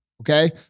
Okay